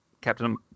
Captain